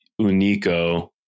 unico